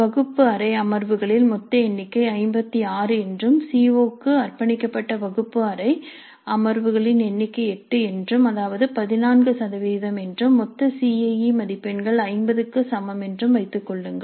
வகுப்பு அறை அமர்வுகளின் மொத்த எண்ணிக்கை 56 என்றும் சி ஓ5 க்கு அர்ப்பணிக்கப்பட்ட வகுப்பு அறை அமர்வுகளின் எண்ணிக்கை 8 என்றும் அதாவது 14 சதவீதம் என்றும் மொத்த சிஐஈ மதிப்பெண்கள் 50 க்கு சமம் என்றும் வைத்துக் கொள்ளுங்கள்